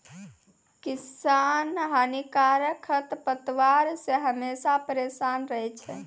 किसान हानिकारक खरपतवार से हमेशा परेसान रहै छै